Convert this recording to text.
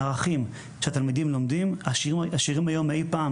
הערכים שהתלמידים לומדים עשירים היום מאי פעם